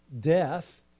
death